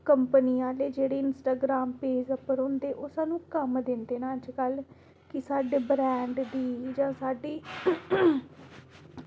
company आह्ले जेह्ड़े Instagram page पर न ओह् सानूं कम्म दिंदे न अजकल्ल की साढ़ी जेह्ड़ी ब्रांड ऐ जेह्ड़ी साढ़ी